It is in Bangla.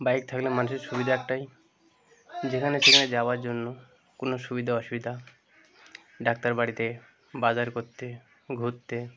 বাইক থাকলে মানুষের সুবিধা একটাই যেখানে সেখানে যাওয়ার জন্য কোনো সুবিধা অসুবিধা ডাক্তার বাড়িতে বাজার করতে ঘুরতে